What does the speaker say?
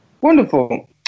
wonderful